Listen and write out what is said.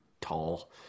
tall